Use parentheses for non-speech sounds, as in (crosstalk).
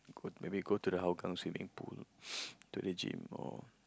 go maybe go to the Hougang swimming pool (noise) to the gym or